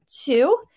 two